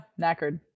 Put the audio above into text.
Knackered